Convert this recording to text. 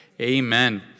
Amen